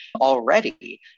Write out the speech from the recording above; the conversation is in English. already